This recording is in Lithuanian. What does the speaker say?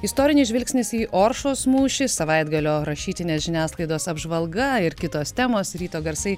istorinis žvilgsnis į oršos mūšį savaitgalio rašytinės žiniasklaidos apžvalga ir kitos temos ryto garsai